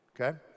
Okay